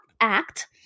act